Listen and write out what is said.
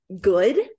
good